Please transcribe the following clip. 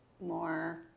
more